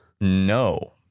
No